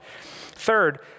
Third